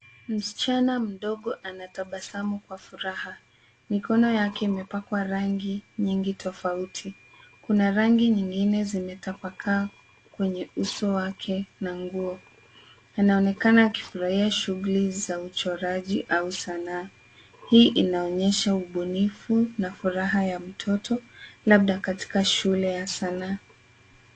Msichana mdogo anatabasamu kwa furaha. Mikono yake imepakwa rangi nyingi tofauti. Kuna rangi nyingine zimetapakaa kwenye uso wake na nguo. Anaonekana akifurahia shughuli za uchoraji au sanaa. Hii inaonyesha ubunifu na furaha ya mtoto labda katika shule ya sanaa.